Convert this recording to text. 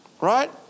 right